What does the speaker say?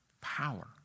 power